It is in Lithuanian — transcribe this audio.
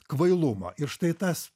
kvailumo ir štai tas